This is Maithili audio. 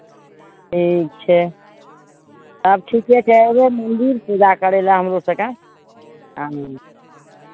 ठीक छै तब ठीके छै अयबै मन्दिर पूजा करय लए हमरो सभके